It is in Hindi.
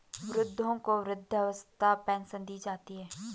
वृद्धों को वृद्धावस्था पेंशन दी जाती है